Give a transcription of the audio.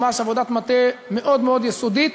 ממש עבודת מטה מאוד מאוד יסודית,